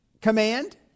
command